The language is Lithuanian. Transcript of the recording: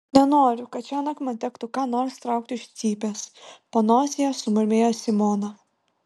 nenoriu kad šiąnakt man tektų ką nors traukti iš cypės panosėje sumurmėjo simona